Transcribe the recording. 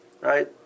right